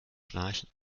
schnarchen